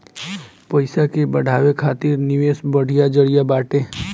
पईसा के बढ़ावे खातिर निवेश बढ़िया जरिया बाटे